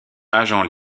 agent